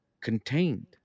contained